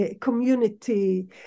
community